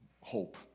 Hope